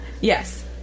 yes